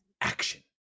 action